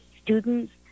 students